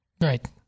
Right